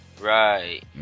right